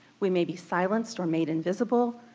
we may be silenced or made invisible,